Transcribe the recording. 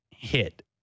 hit